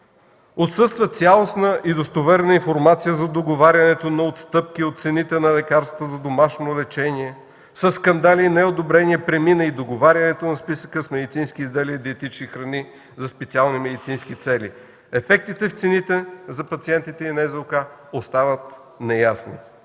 Отсъства цялостна и достоверна информация за договарянето на отстъпки от цените на лекарствата за домашно лечение. Със скандали и неодобрение премина и договарянето на списъка с медицински изделия и диетични храни за специални медицински цели. Ефектите в цените за пациентите и НЗОК остават неясни.